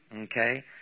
Okay